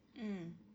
mm